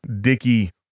dicky